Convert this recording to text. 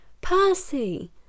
Percy